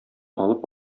алып